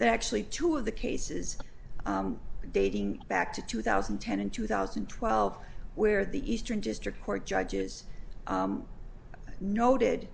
that actually two of the cases dating back to two thousand and ten in two thousand and twelve where the eastern district court judges noted